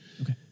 Okay